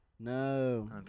no